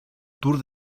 tour